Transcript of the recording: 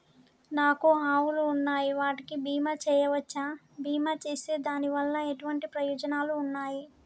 నాకు ఆవులు ఉన్నాయి వాటికి బీమా చెయ్యవచ్చా? బీమా చేస్తే దాని వల్ల ఎటువంటి ప్రయోజనాలు ఉన్నాయి?